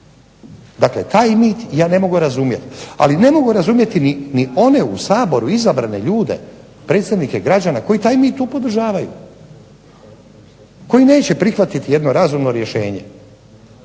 Dakle taj mit ja ne mogu razumjeti. Ali, ne mogu razumjeti ni one u Saboru izabrane ljude predstavnike građana koji taj mit tu podržavaju. Koji neće prihvatiti jedno razumno rješenje